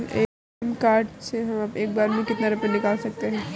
ATM card से हम एक बार में कितना रुपया निकाल सकते हैं?